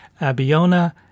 Abiona